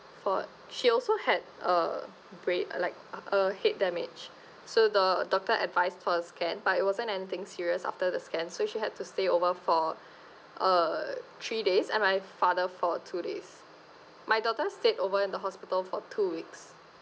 for she also had a break like a head damage so the doctor advice for a scan but it wasn't anything serious after the scan so she had to stay over for uh three days and my father for two days my daughter stayed over in the hospital for two weeks